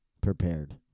prepared